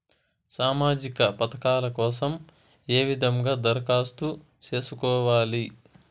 సామాజిక పథకాల కోసం ఏ విధంగా దరఖాస్తు సేసుకోవాలి